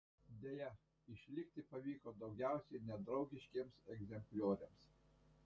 deja išlikti pavyko daugiausiai nedraugiškiems egzemplioriams